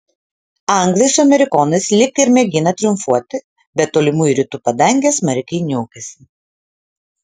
anglai su amerikonais lyg ir mėgina triumfuoti bet tolimųjų rytų padangė smarkiai niaukiasi